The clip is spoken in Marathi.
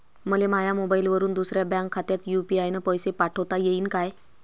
मले माह्या मोबाईलवरून दुसऱ्या बँक खात्यात यू.पी.आय न पैसे पाठोता येईन काय?